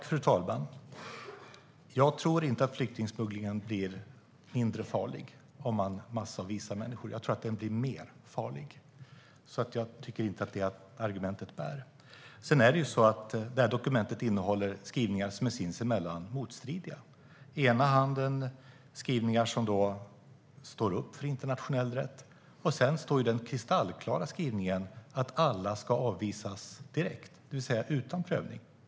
Fru talman! Jag tror inte att flyktingsmugglingen blir mindre farlig om man massavvisar människor. Jag tror att den blir farligare. Jag tycker inte att det argumentet bär. Sedan innehåller dokumentet skrivningar som är sinsemellan motstridiga. Det finns skrivningar som står upp för internationell rätt, men sedan finns den kristallklara skrivningen om att alla ska avvisas direkt, det vill säga utan prövning.